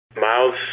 Miles